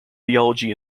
theology